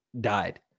died